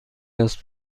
است